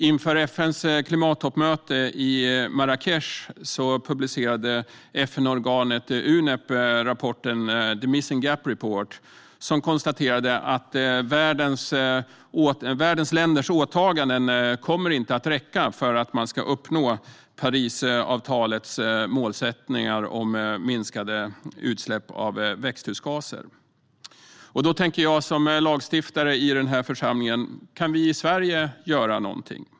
Inför FN:s miljötoppmöte i Marrakech publicerade FN-organet Unep rapporten The Emissions Gap Report , som konstaterade att världens länders åtaganden inte kommer att räcka för att man ska uppnå Parisavtalets målsättningar om minskade utsläpp av växthusgaser. Jag tänker då som lagstiftare i den här församlingen: Kan vi i Sverige göra någonting?